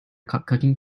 cooking